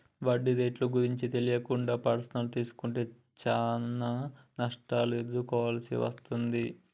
వడ్డీ రేట్లు గురించి తెలియకుండా పర్సనల్ తీసుకుంటే చానా నష్టాలను ఎదుర్కోవాల్సి వస్తది